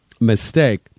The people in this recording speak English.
mistake